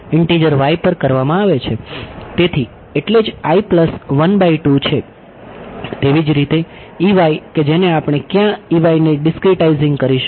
તેથી એટલે જ છે તેવી જ રીતે કે જેને આપણે ક્યાં ને ડિસક્રીટાઇઝિંગ કરીશું